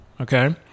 okay